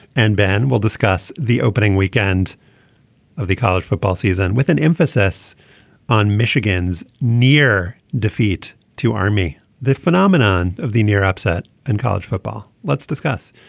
and ben will discuss the opening weekend of the college football season with an emphasis on michigan's near defeat to army the phenomenon of the near upset and college football. let's discuss.